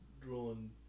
drawn